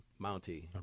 Mountie